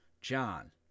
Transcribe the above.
John